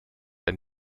ein